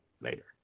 Later